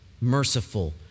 merciful